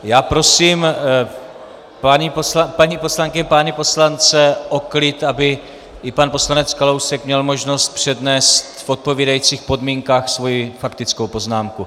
Já prosím paní poslankyně, pány poslance o klid, aby i pan poslanec Kalousek měl možnost přednést v odpovídajících podmínkách svoji faktickou poznámku.